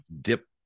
dip